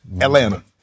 Atlanta